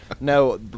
No